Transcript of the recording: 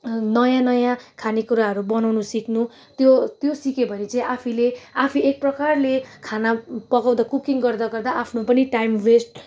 नयाँ नयाँ खानेकुराहरू बनाउनु सिक्नु त्यो त्यो सिक्यो भने चाहिँ आफैले आफै एक प्रकारले खाना पकाउँदा कुकिङ गर्दा गर्दा आफ्नो पनि टाइम वेस्ट